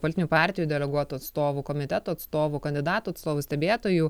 politinių partijų deleguotų atstovų komiteto atstovų kandidatų atstovų stebėtojų